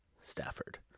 Stafford